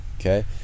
Okay